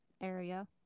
area